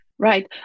Right